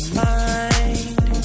mind